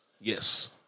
Yes